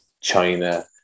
China